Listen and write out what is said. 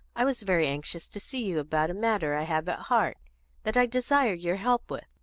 i was very anxious to see you about a matter i have at heart that i desire your help with.